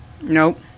Nope